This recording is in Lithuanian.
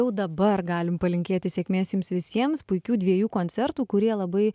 jau dabar galim palinkėti sėkmės jums visiems puikių dviejų koncertų kurie labai